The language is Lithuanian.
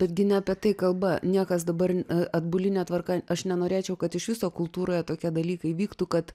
betgi ne apie tai kalba niekas dabar atbuline tvarka aš nenorėčiau kad iš viso kultūroje tokie dalykai vyktų kad